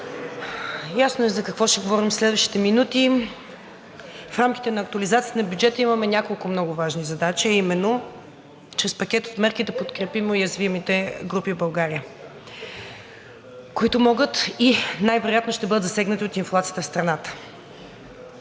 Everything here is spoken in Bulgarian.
Ясно е за какво ще говорим в следващите минути. В рамките на актуализацията на бюджета имаме няколко много важни задачи, а именно чрез пакет от мерки да подкрепим уязвимите групи в България, които могат и най-вероятно ще бъдат засегнати от инфлацията в страната.